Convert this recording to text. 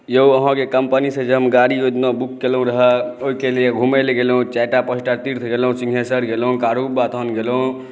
यौ अहाँकेँ कम्पनीसँ जे हम गाड़ी ओहिदिन बुक केलहुँ रह ओहिकेँ लिए घुमै ला गेलहुँ चारि टा पाँच टा तीर्थ गेलहुँ सिँघेश्वर गेलहुँ कारूबाबा तहन गेलहुँ